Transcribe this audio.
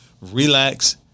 relax